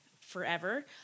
forever